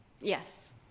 Yes